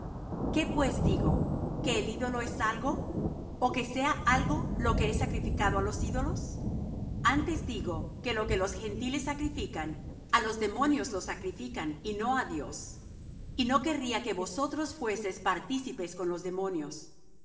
qué pues digo que el ídolo es algo ó que sea algo lo que es sacrificado á los ídolos antes digo que lo que los gentiles sacrifican á los demonios lo sacrifican y no á dios y no querría que vosotros fueseis partícipes con los demonios